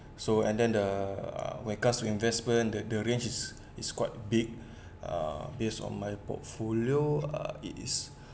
so and then the uh when comes to investment the the range is is quite big uh based on my portfolio uh it is